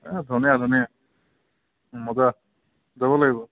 এই ধুনীয়া ধুনীয়া মজা যাব লাগিব